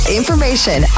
information